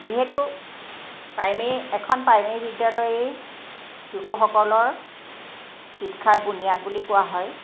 যিহেতু প্ৰাইমেৰী এখন প্ৰাইমেৰী বিদ্যালয়েই শিশুসকলৰ শিক্ষাৰ বুনিয়াদ বুলি কোৱা হয়